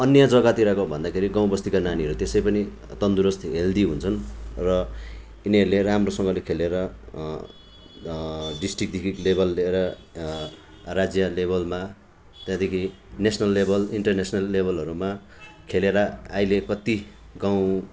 अन्य जग्गातिरको भन्दाखेरि गाउँ बस्तीका नानीहरू त्यसै पनि तन्दुरुस्त हेल्दी हुन्छन् र यिनीहरूले राम्रोसँगले खेलेर डिस्टिकदेखिको लेभल लिएर राज्य लेभलमा त्यहाँदेखि नेसनल लेभल इन्टरनेसनल लेभलहरूमा खेलेर अहिले कति गाउँ